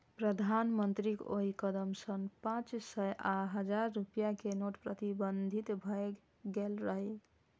प्रधानमंत्रीक ओइ कदम सं पांच सय आ हजार रुपैया के नोट प्रतिबंधित भए गेल रहै